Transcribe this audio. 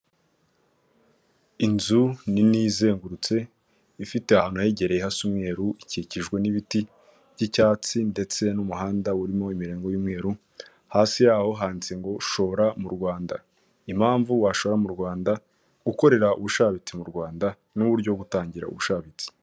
Inzu nini izengurutse ifite ahantu hayegereye hasa umweru, ikikijwe n'ibiti by'icyatsi ndetse n'umuhanda urimo imirongo y'umweru, hasi yaho handitse ngo shora mu Rwanda, impamvu washora mu Rwanda, gukorera ubushabitsi mu Rwanda n'uburyo bwo gutangira ubushabitsi.